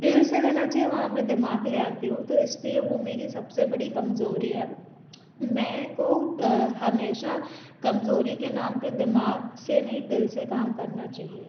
दिल से लेना चाहिए मैं वहाँ पे दिमाग ले आती हूँ इस लिए वो मेरी सबसे बड़ी कमजोरी है मैं को हमेशा कमजोरी के नाम पे दिमाग से नहीं दिल से काम लेना चाहिए